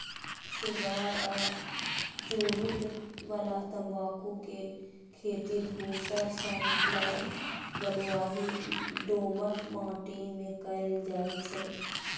cigar आ चुरूट बला तंबाकू के खेती धूसर सं लाल बलुआही दोमट माटि मे कैल जाइ छै